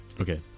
Okay